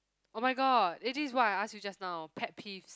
oh-my-god eh this is what I asked you just now pet peeves